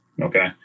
Okay